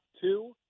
two